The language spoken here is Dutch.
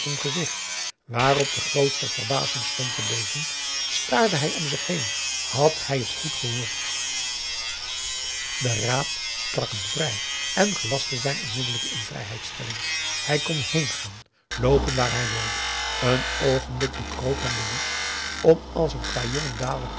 gezicht waarop de grootste verbazing stond te lezen staarde hij om zich heen had hij goed gehoord de raad sprak hem vrij en gelastte zijn onmiddellijke invrijheidstelling hij kon heengaan loopen waar hij wilde een oogenblik bekroop hem de lust om als een kwajongen dadelijk